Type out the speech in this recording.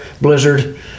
blizzard